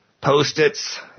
Post-its